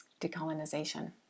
decolonization